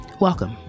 Welcome